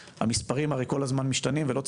המספרים הרי כל הזמן משתנים,